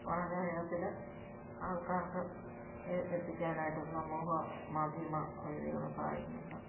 വളരെ വേഗത്തിൽ ആൾക്കാർക്ക് എത്തിക്കാനായിട്ട് സമൂഹ മാധ്യമ വേദികൾ സഹായിക്കുന്നുണ്ട്